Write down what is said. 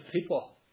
people